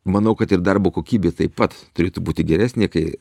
manau kad ir darbo kokybė taip pat turėtų būti geresnė kai